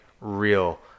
real